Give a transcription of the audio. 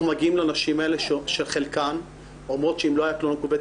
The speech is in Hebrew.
אנחנו מגיעים לנשים האלה שחלקן אומרות שאם לא היה תלונה מקוונת,